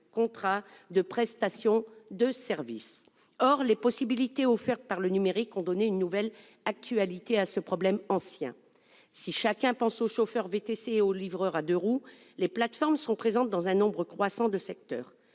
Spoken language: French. contrat de prestation de services. Les possibilités offertes par le numérique ont donné une nouvelle actualité à ce problème ancien. Si chacun pense aux chauffeurs de VTC et aux livreurs à deux-roues, les plateformes sont présentes dans un nombre croissant de secteurs.